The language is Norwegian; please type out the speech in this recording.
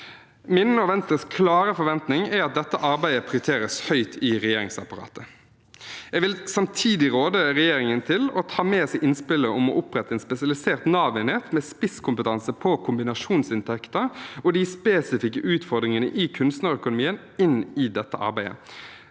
Min og Venstres klare forventning er at dette arbeidet prioriteres høyt i regjeringsapparatet. Jeg vil samtidig råde regjeringen til å ta med seg innspillet om å opprette en spesialisert Nav-enhet med spisskompetanse på kombinasjonsinntekter og de spesifikke utfordringene i kunstnerøkonomien inn i dette arbeidet